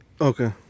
Okay